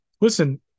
listen